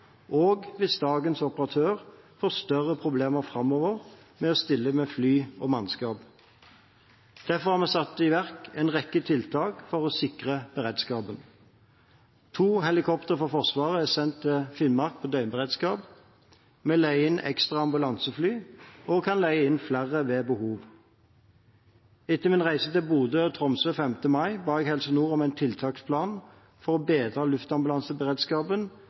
hvis dagens operatør får større problemer framover med å stille med fly og mannskap. Derfor har vi satt i verk en rekke tiltak for å sikre beredskapen. To helikoptre fra Forsvaret er sendt til Finnmark på delberedskap. Vi leier inn ekstra ambulansefly og kan leie inn flere ved behov. Etter min reise til Bodø og Tromsø den 5. mai ba jeg Helse Nord om en tiltaksplan for å bedre luftambulanseberedskapen